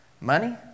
Money